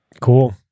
cool